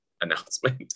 announcement